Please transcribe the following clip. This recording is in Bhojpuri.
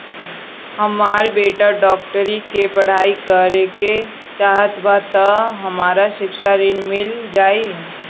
हमर बेटा डाक्टरी के पढ़ाई करेके चाहत बा त हमरा शिक्षा ऋण मिल जाई?